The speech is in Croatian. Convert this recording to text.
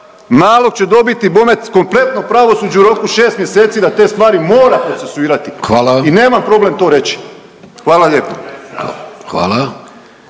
nalog će dobit bome kompletno pravosuđe u roku 6 mjeseci da te stvari mora procesuirati .../Upadica: Hvala./... i nemam problem to reći. Hvala lijepo.